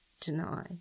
deny